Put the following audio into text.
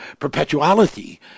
perpetuality